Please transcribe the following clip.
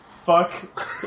Fuck